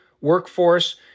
workforce